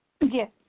Yes